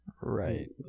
right